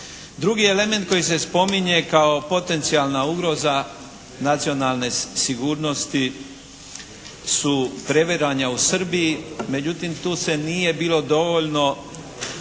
Drugi element koji se spominje kao potencijalna ugroza nacionalne sigurnosti su previranja u Srbiji. Međutim, tu se nije bilo dovoljno